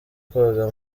koga